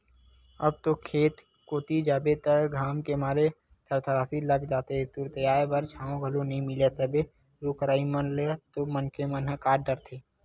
अब तो खेत कोती जाबे त घाम के मारे थरथरासी लाग जाथे, सुरताय बर छांव घलो नइ मिलय सबे रुख राई मन ल तो मनखे मन ह काट डरथे